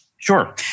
Sure